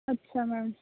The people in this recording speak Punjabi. ਅੱਛਾ ਮੈਮ